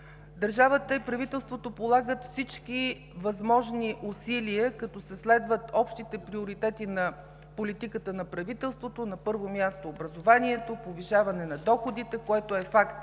Държавата и правителството полагат всички възможни усилия, като се следват общите приоритети на политиката на правителството. На първо място, образованието и повишаването на доходите, което е факт